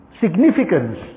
significance